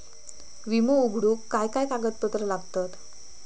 विमो उघडूक काय काय कागदपत्र लागतत?